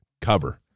cover